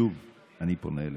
שוב אני פונה אליך: